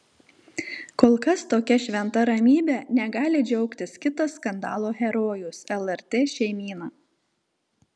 kol kas tokia šventa ramybe negali džiaugtis kitas skandalo herojus lrt šeimyna